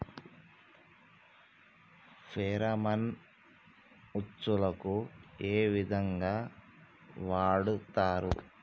Pheromone ఉచ్చులకు ఏ విధంగా వాడుతరు?